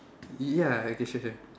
ya okay sure sure